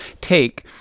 take